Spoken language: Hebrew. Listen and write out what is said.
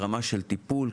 ברמה של טיפול,